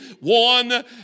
one